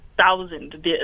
thousand